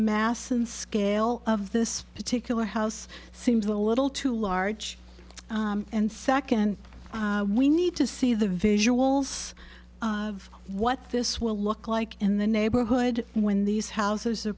mass and scale of this particular house seems a little too large and second we need to see the visuals of what this will look like in the neighborhood when these houses are